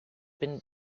been